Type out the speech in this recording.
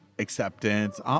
acceptance